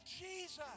Jesus